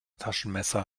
taschenmesser